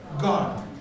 God